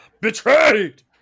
betrayed